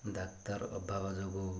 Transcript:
ଡାକ୍ତର ଅଭାବ ଯୋଗୁଁ